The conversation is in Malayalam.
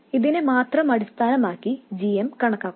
ഇതിനെ മാത്രം അടിസ്ഥാനമാക്കി gm കണക്കാക്കും